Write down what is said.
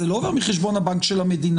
זה לא עובר מחשבון הבנק של המדינה.